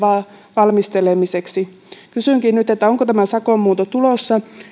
valmistelemiseksi kysynkin nyt onko tämä sakon muunto tulossa